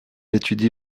étudie